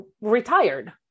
retired